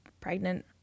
pregnant